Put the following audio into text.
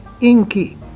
inky